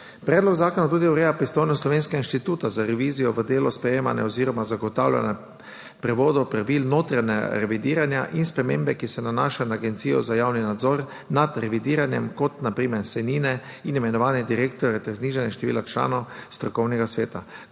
Predlog zakona tudi ureja pristojnost Slovenskega inštituta za revizijo v delu sprejemanja oziroma zagotavljanja prevodov pravil notranjega revidiranja in spremembe, ki se nanašajo na Agencijo za javni nadzor nad revidiranjem, kot na primer sejnine in imenovanje direktorja ter znižanje števila članov strokovnega sveta,